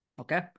Okay